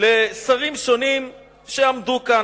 לשרים שונים שעמדו כאן,